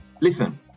listen